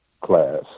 class